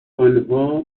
انها